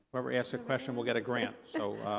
whoever asks a question will get a grant. so